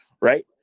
right